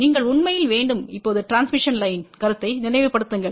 நீங்கள் உண்மையில் வேண்டும் இப்போது டிரான்ஸ்மிஷன் லைன் கருத்தை நினைவுபடுத்துங்கள்